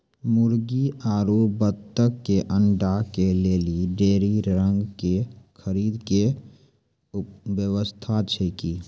मुर्गी आरु बत्तक के अंडा के लेली डेयरी रंग के खरीद के व्यवस्था छै कि?